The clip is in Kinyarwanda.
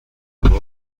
muzika